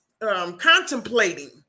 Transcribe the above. Contemplating